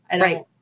Right